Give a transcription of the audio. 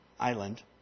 island